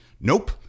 Nope